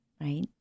right